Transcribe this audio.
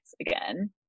again